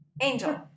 Angel